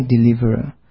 deliverer